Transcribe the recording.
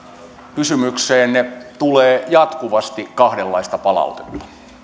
kysymykseenne tulee jatkuvasti kahdenlaista palautetta